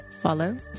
follow